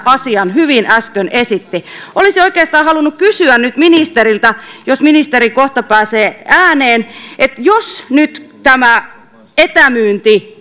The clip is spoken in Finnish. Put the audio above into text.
asian äsken hyvin esitti olisin oikeastaan halunnut kysyä nyt ministeriltä jos ministeri kohta pääsee ääneen jos nyt tämä etämyynti